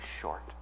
short